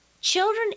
children